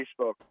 Facebook